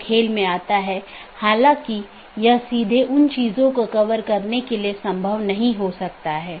वोह इसको यह ड्रॉप या ब्लॉक कर सकता है एक पारगमन AS भी होता है